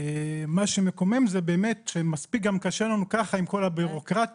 מה שמקומם זה שמספיק גם קשה לנו ככה עם כל הביורוקרטיה,